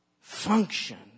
function